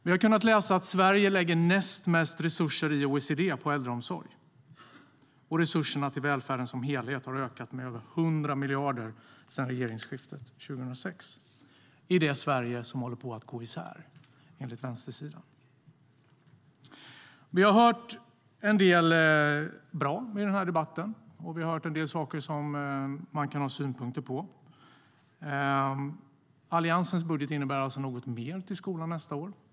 Vi har kunnat läsa att Sverige lägger näst mest resurser i OECD på äldreomsorg. Och resurserna till välfärden som helhet har ökat med över 100 miljarder sedan regeringsskiftet 2006, i det Sverige som håller på att gå isär enligt vänstersidan. Vi har hört en del bra saker i debatten, och vi har hört en del saker som man kan ha synpunkter på. Alliansens budget innebär alltså något mer till skolan nästa år.